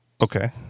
Okay